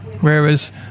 Whereas